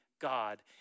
God